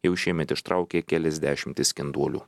jau šiemet ištraukė kelias dešimtis skenduolių